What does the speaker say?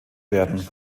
werden